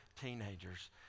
teenagers